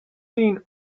seen